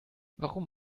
warum